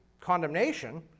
condemnation